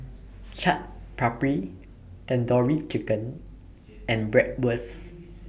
Chaat Papri Tandoori Chicken and Bratwurst